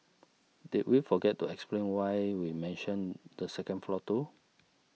did we forget to explain why we mentioned the second floor too